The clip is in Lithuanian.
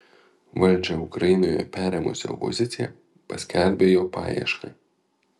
valdžią ukrainoje perėmusi opozicija paskelbė jo paiešką